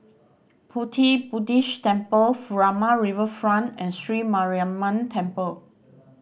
Pu Ti Buddhist Temple Furama Riverfront and Sri Mariamman Temple